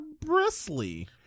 bristly